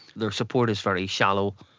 their support is very shallow.